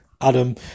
Adam